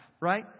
Right